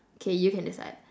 okay you can decide